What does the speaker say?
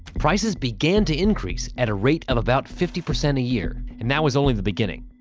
prices began to increase at a rate of about fifty percent a year. and that was only the beginning.